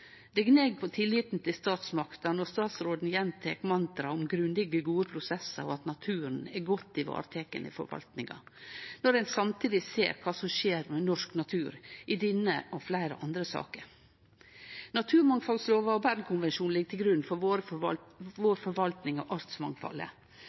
Det gneg på tilliten til statsmakta når statsråden gjentek mantraet om grundige, gode prosessar, og at naturen er godt vareteken i forvaltninga, når ein samtidig skjer kva som skjer med norsk natur i denne og fleire andre saker. Naturmangfaldlova og Bernkonvensjonen ligg til grunn for